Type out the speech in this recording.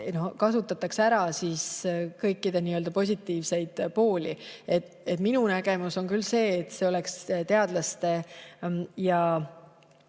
kasutada ära kõikide positiivseid pooli. Minu nägemus on küll see, et see oleks teadlaste ja